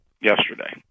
yesterday